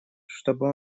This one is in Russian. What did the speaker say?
чтобы